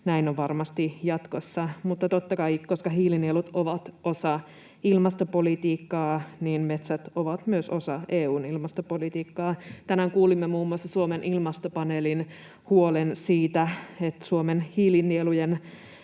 näin on varmasti jatkossa, mutta totta kai, koska hiilinielut ovat osa ilmastopolitiikkaa, metsät ovat myös osa EU:n ilmastopolitiikkaa. Tänään kuulimme muun muassa Suomen ilmastopaneelin huolen siitä, että Suomen hiilinielujen